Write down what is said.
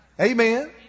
Amen